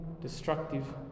destructive